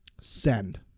Send